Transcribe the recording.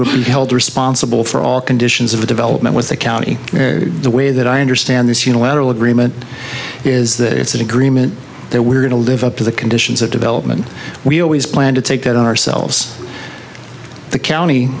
be held responsible for all conditions of the development was the county the way that i understand this unilateral agreement is that it's an agreement that we're going to live up to the conditions of development we always plan to take that on ourselves the county